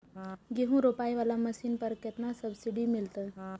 गेहूं रोपाई वाला मशीन पर केतना सब्सिडी मिलते?